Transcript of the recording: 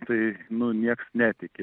tai nu nieks netiki